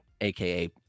aka